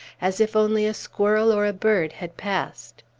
as if only a squirrel or a bird had passed.